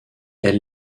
elle